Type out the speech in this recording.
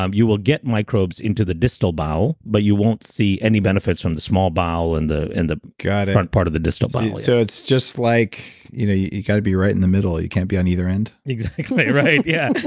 um you will get microbes into the distal bowel but you won't see any benefits from the small bowel and the end the front part of the distal bowel so it's just like, you know, you got to be right in the middle. you can't be on either end? exactly. right, yeah.